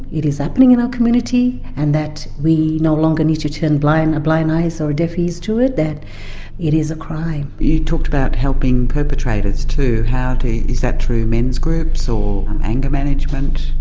it is happening in our community and that we no longer need to turn blind blind eyes or deaf ears to it, that it is a crime. you talked about helping perpetrators too. how. is that through men's groups, or anger management?